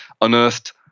unearthed